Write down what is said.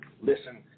listen